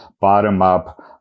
bottom-up